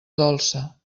dolça